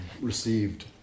received